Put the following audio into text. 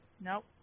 Nope